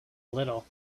little